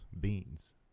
beans